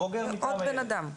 עוד בן אדם.